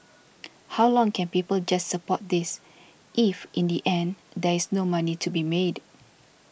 how long can people just support this if in the end there is no money to be made